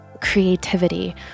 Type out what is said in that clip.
creativity